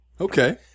Okay